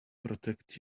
protect